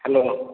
hello